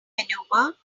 maneuver